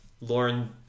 Lauren